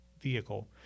vehicle